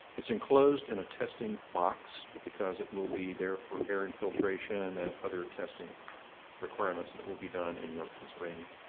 it's enclosed in a testing box because it will be there for air infiltration, and other testing requirements that will be done in york, pennsylvania.